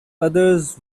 others